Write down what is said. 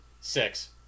Six